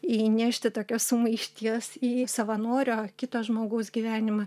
įnešti tokios sumaišties į savanorio kito žmogaus gyvenimą